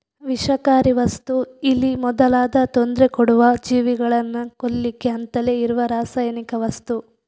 ವಿಷಕಾರಿ ವಸ್ತು ಇಲಿ ಮೊದಲಾದ ತೊಂದ್ರೆ ಕೊಡುವ ಜೀವಿಗಳನ್ನ ಕೊಲ್ಲಿಕ್ಕೆ ಅಂತಲೇ ಇರುವ ರಾಸಾಯನಿಕ ವಸ್ತು